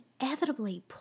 inevitably